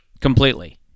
Completely